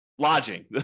Lodging